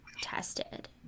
tested